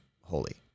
holy